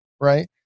right